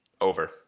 Over